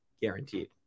guaranteed